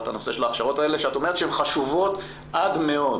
הנושא של ההכשרות האלה שאת אומרת שהן חשובות עד מאוד.